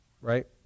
right